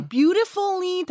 Beautifully